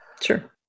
Sure